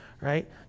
right